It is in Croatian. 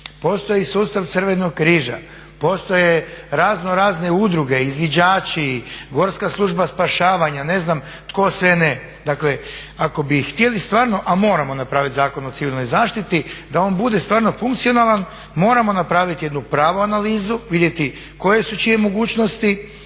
postoji sustav Crvenog križa, postoje razno razne udruge, izviđači, Gorska služba spašavanja, ne znam tko sve ne. Dakle ako bi htjeli stvarno a moramo napraviti Zakon o civilnoj zaštiti da on bude stvarno funkcionalan, moramo napraviti jednu pravu analizu, vidjeti koje su čije mogućnosti,